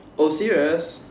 oh serious